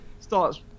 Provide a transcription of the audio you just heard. Starts